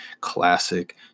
classic